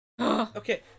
Okay